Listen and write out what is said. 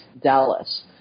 Dallas